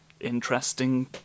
interesting